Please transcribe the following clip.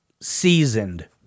seasoned